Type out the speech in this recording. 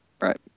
Right